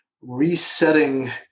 resetting